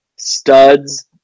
studs